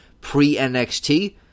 pre-NXT